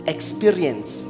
experience